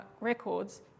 records